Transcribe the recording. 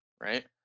Right